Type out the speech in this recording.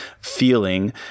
feeling